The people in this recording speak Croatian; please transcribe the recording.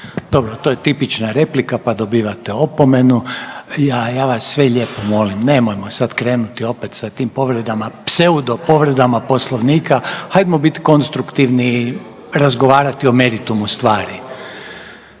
Dobro, to je tipična replika, pa dobivate opomenu. Ja vas sve lijepo molim nemojmo sad krenuti opet sa tim povredama, pseudo povredama Poslovnika. Hajdemo biti konstruktivni i razgovarati o meritumu stvari.